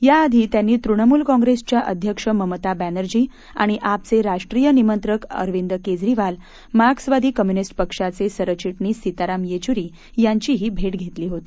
याआधी त्यांनी तृणमुल काँग्रेसच्या अध्यक्ष ममता बॅनर्जी आणि आपचे राष्ट्रीय निमंत्रक अरविंद केजरीवाल मार्क्सवादी कम्यूनिस्ट पक्षाचे सरचिटणीस सिताराम येचूरी यांचीही भेट घेतली होती